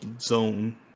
zone